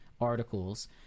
articles